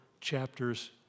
chapters